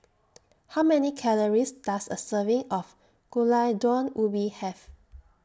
How Many Calories Does A Serving of Gulai Daun Ubi Have